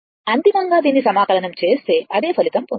అంతిమంగా దీన్ని సమాకలనం చేస్తే అదే ఫలితం పొందుతాము